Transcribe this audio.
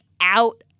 out